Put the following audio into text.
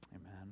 Amen